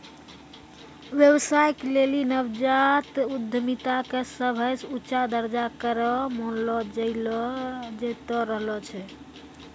व्यवसाय के लेली नवजात उद्यमिता के सभे से ऊंचा दरजा करो मानलो जैतो रहलो छै